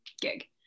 gig